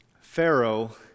Pharaoh